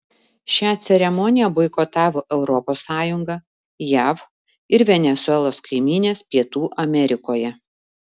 šią ceremoniją boikotavo europos sąjunga jav ir venesuelos kaimynės pietų amerikoje